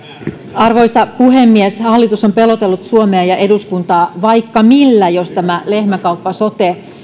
arvoisa puhemies hallitus on pelotellut suomea ja eduskuntaa vaikka millä jos tämä lehmänkauppa sote